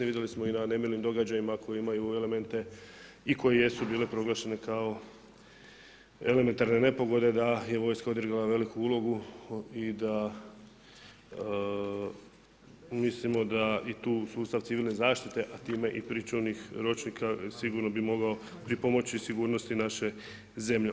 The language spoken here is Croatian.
I vidjeli smo na nemilim događajima, koji imaju elemente i koje jesu bile proglašene kao elementarne nepogode, da je vojska odradila veliku ulogu i da mislimo da i tu sustav i civilne zaštite, a time i pričuvnih ročnika, sigurno bi mogao pripomoći sigurnosti naše zemlje.